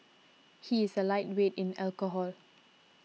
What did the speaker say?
he is a lightweight in alcohol